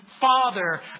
father